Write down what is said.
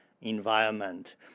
environment